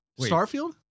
Starfield